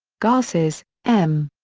garces, m.